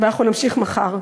ואנחנו נמשיך מחר.